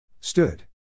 Stood